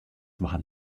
waren